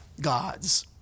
gods